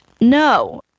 no